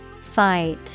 Fight